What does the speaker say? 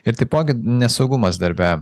ir taipogi nesaugumas darbe